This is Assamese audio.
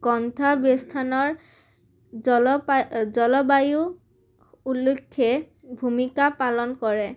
কণ্ঠাৱস্থানৰ জলপা জলবায়ু উল্লেখে ভূমিকা পালন কৰে